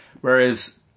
whereas